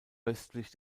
östlich